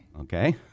Okay